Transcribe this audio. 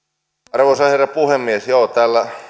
arvoisa herra puhemies joo täällä